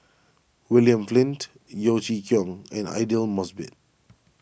William Flint Yeo Chee Kiong and Aidli Mosbit